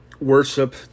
worship